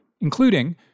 including